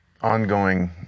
ongoing